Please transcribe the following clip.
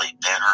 better